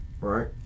Right